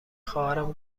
خواهرم